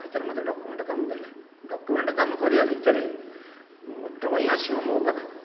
ତା' ଭିତରେ ମୋତେ ଡକୁମେଣ୍ଟ କାମ ଦେଲେ ଡକୁମେଣ୍ଟ କାମ କରିବା ଭିତରେ ଡ୍ରଇଂ ଆସିବ ମୋ' ପାଖକୁ